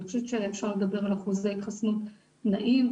חושבת שאפשר לדבר על אחוזי התחסנות נאים.